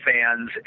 fans